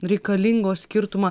reikalingos skirtumą